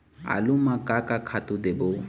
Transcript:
आलू म का का खातू देबो?